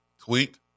tweet